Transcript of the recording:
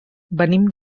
venim